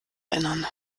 erinnern